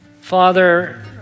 Father